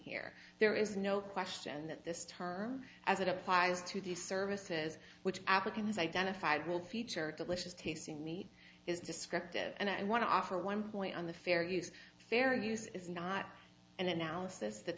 here there is no question that this term as it applies to the services which african is identified will feature delicious tasting meat is descriptive and i want to offer one point on the fair use fair use is not an analysis that